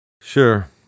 Sure